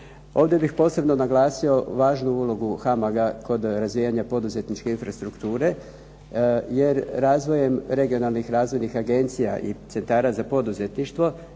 Ovdje bih posebno naglasio važnu ulogu HAMAG-a kod razvijanja poduzetničke infrastrukture jer razvojem regionalnih razvojnih agencija i centara za poduzetništvo